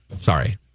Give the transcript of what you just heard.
Sorry